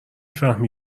فهمی